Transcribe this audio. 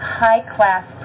high-class